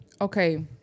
Okay